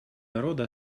народа